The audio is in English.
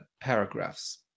paragraphs